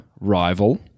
rival